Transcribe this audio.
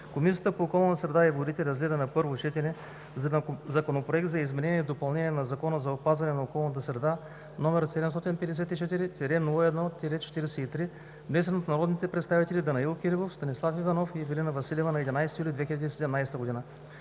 Комисията по околната среда и водите разгледа на първо четене Законопроект за изменение и допълнение на Закона за опазване на околната среда, № 754-01-43, внесен от народните представители Данаил Кирилов, Станислав Иванов и Ивелина Василева на 11 юли 2017 г.